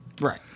Right